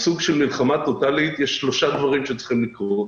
בסוג של מלחמה טוטלית יש שלושה דברים שצריכים לקרות.